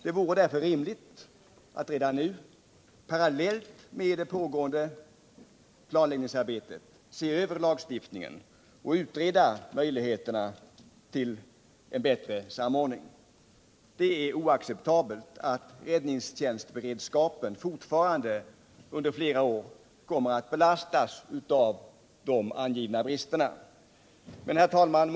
Det vore därför rimligt att redan nu, parallellt med det pågående planläggningsarbetet, se över lagstiftningen och utreda möjligheterna till en bättre samordning. Det är oacceptabelt att räddningstjänstberedskapen fortfarande under flera år kommer att belastas av de angivna bristerna. Herr talman!